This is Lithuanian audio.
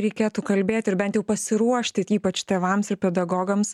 reikėtų kalbėti ar bent jau pasiruošti ypač tėvams ir pedagogams